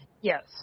Yes